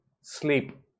sleep